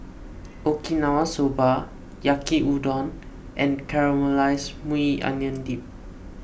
Okinawa Soba Yaki Udon and Caramelized Maui Onion Dip